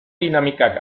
dinamikak